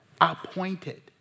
appointed